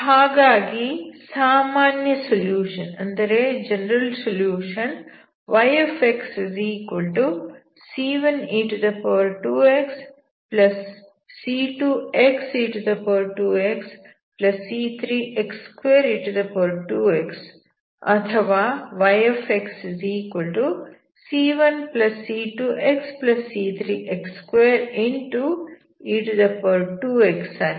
ಹಾಗಾಗಿ ಸಾಮಾನ್ಯ solution yxc1e2xc2xe2xc3x2e2x ಅಥವಾ yxc1c2xc3x2e2x ಆಗಿದೆ